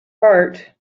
heart